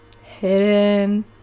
hidden